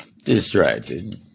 distracted